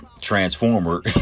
transformer